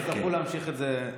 תצטרכו להמשיך את זה,